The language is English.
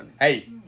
Hey